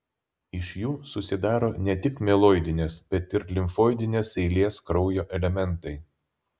iš jų susidaro ne tik mieloidinės bet ir limfoidinės eilės kraujo elementai